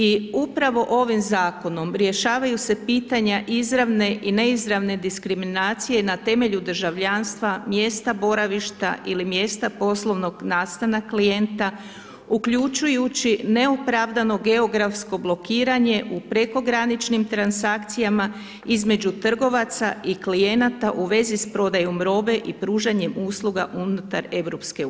I upravo ovim zakonom, rješavaju se pitanja izravne i neizravne diskriminacije na temelju državljanstva, mjesta boravišta ili mjesta poslovnog nastana klijenta uključujući neopravdano geografsko blokiranje u prekograničnim transakcijama između trgovaca i klijenata u vezi s prodajom robe i pružanjem usluga unutar EU.